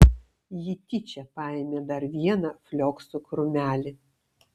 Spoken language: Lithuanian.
ji tyčia paėmė dar vieną flioksų krūmelį